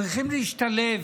צריכים להשתלב,